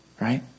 right